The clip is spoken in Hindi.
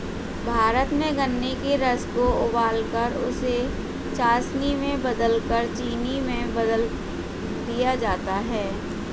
भारत में गन्ने के रस को उबालकर उसे चासनी में बदलकर चीनी में बदल दिया जाता है